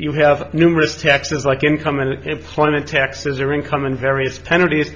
you have numerous taxes like income and employment taxes or income and various penalties